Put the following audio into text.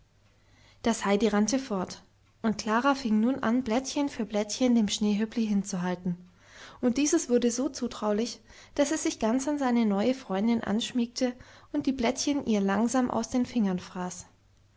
das heidi rannte fort und klara fing nun an blättchen für blättchen dem schneehöppli hinzuhalten und dieses wurde so zutraulich daß es sich ganz an seine neue freundin anschmiegte und die blättchen ihr langsam aus den fingern fraß